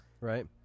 Right